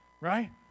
right